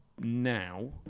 now